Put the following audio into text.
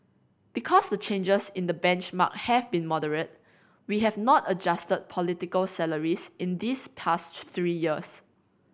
because the changes in the benchmark have been moderate we have not adjusted political salaries in these past three years